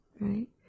Right